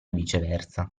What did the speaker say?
viceversa